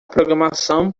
programação